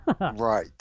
Right